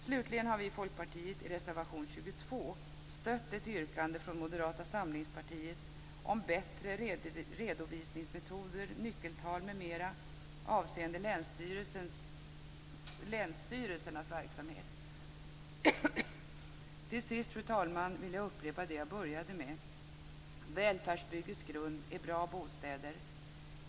Slutligen har vi i Folkpartiet i reservation 25 stött ett yrkande från Moderata samlingspartiet om bättre redovisningsmetoder, nyckeltal m.m. avseende länsstyrelsernas verksamhet. Till sist, fru talman, vill jag upprepa det jag började med. Välfärdsbyggets grund är bra bostäder.